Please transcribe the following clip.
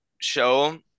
show